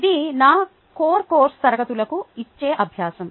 ఇది నా core course తరగతులకు ఇచ్చే అభ్యాసము